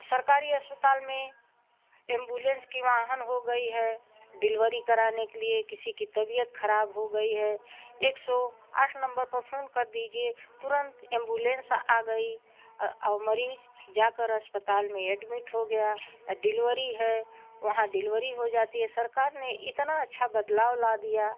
सरकारी अस्पतालों में एंबुलेंस की वाहन हो गई है डिलवरी कराने के लिए किसी की तबीयत खराब हो गई है एक सौ आठ नंबर पर फोन कर दीजिए तुरन्त एम्बुलेन्स आ गई मरीज जाकर अस्पताल में एडमिट हो गया डिलवरी है वहाँ डिल्वरी हो जाती है सरकार ने इतना अछा बदलाव ला दिया